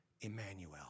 Emmanuel